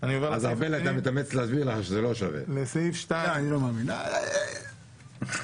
אני עובר לסעיף 2. 12א